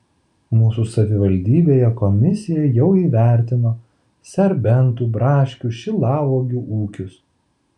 mūsų savivaldybėje komisija jau įvertino serbentų braškių šilauogių ūkius